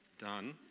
Done